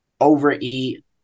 overeat